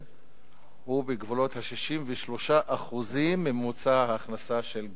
הוא בגבולות 63% מממוצע ההכנסה של גברים.